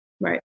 Right